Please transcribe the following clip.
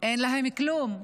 אין להם כלום,